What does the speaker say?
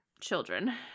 Children